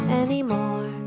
anymore